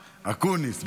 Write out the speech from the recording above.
אקוניס.